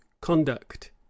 conduct